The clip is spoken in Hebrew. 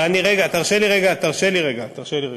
אבל אני, רגע, תרשה לי רגע, תרשה לי רגע.